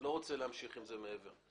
אני לא רוצה להמשיך מעבר לכך.